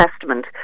testament